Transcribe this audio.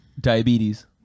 Diabetes